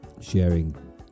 sharing